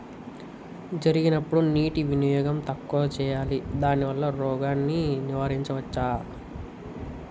జరిగినప్పుడు నీటి వినియోగం తక్కువ చేయాలి దానివల్ల రోగాన్ని నివారించవచ్చా?